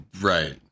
Right